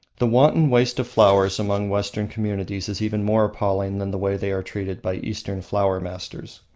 the wanton waste of flowers among western communities is even more appalling than the way they are treated by eastern flower masters.